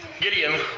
Gideon